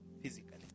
physically